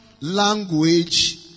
Language